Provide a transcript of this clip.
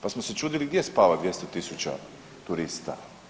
Pa smo se čudili gdje spava 200 tisuća turista.